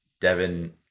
Devin